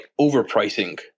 overpricing